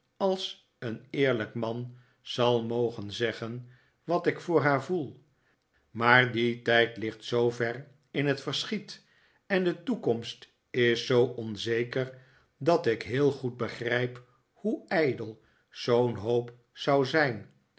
als een eerlijk man zal mogen zeggen wat ik voor haar voel maar die tijd ligt zoover in het verschiet en de toekomst is zoo onzeker dat ik heel goed begrijp hoe ijdel zoo'n hoop zou zijn